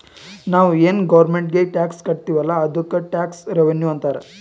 ನಾವು ಏನ್ ಗೌರ್ಮೆಂಟ್ಗ್ ಟ್ಯಾಕ್ಸ್ ಕಟ್ತಿವ್ ಅಲ್ಲ ಅದ್ದುಕ್ ಟ್ಯಾಕ್ಸ್ ರೆವಿನ್ಯೂ ಅಂತಾರ್